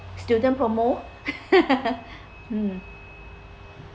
student promo mm